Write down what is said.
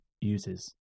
uses